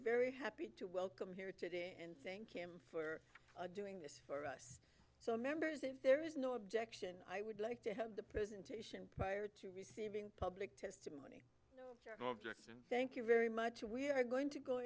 very happy to welcome here today and thank him for doing this for us so members if there is no objection i would like to have the presentation to receive public to thank you very much we are going to go